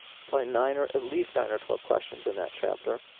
it's probably nine or at least nine or twelve questions in that chapter,